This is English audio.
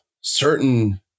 certain